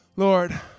Lord